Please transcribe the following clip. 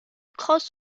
cross